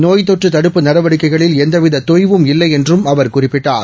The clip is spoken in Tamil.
நோய்த்தொற்று தடுப்பு நடவடிக்கைகளில் எந்தவித தொய்வும் இல்லை என்றும் அவர் குறிப்பிட்டார்